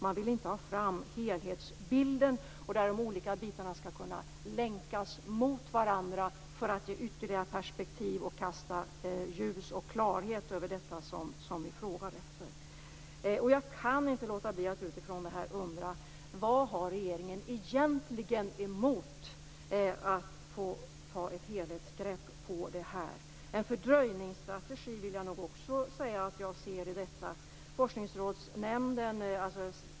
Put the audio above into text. Man vill inte ha fram någon helhetsbild, där de olika bitarna kan länkas mot varandra för att ge ytterligare perspektiv och kasta ljus och klarhet över det som vi frågar efter. Jag kan inte låta bli att utifrån detta undra vad regeringen egentligen har emot att ta ett helhetsgrepp. Jag vill nog också säga att jag ser detta som en fördröjningsstrategi.